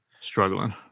struggling